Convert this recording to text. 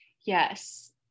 Yes